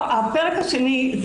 הפרק השני הוא